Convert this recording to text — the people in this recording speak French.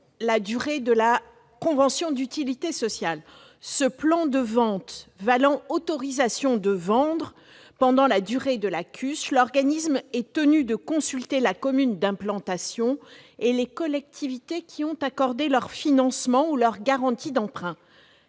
la durée de la convention d'utilité sociale, ou CUS. Ce plan de vente valant autorisation de vendre pendant la durée de la CUS, l'organisme est tenu de consulter la commune d'implantation et les collectivités qui ont accordé un financement ou leur garantie d'emprunt.